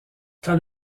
quand